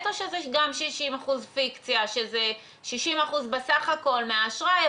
או שזה גם 60% פיקציה שזה 60% בסך הכול מהאשראי,